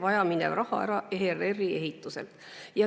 vajaminev raha ajutiselt ära ERR‑i ehituselt.